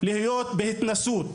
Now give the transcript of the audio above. להיות בהתנסות